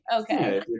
Okay